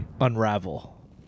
Unravel